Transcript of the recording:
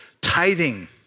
tithing